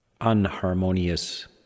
unharmonious